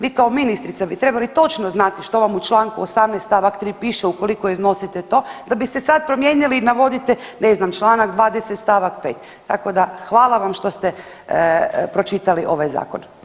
Vi kao ministrica bi trebali točno znati što vam u čl. 18. st. 3. piše ukoliko iznosite to da biste sad promijenili i navodite ne znam čl. 20. st. 5., tako da hvala vam što ste pročitali ovaj zakon.